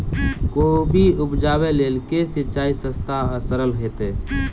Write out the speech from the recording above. कोबी उपजाबे लेल केँ सिंचाई सस्ता आ सरल हेतइ?